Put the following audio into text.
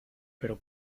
pero